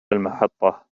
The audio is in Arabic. المحطة